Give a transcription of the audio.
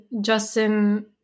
Justin